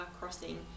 crossing